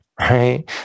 right